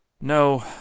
No